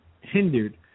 hindered